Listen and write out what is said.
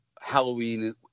Halloween